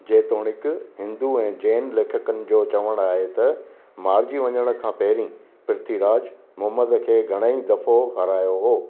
जेतोणीकि हिंदू ऐं जैन लेखकनि जो चवण आहे त मारिजी वञण खां पहिरीं पृथ्वीराज मोहम्म्द खे घणेई दफ़ो हारायो हो